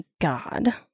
god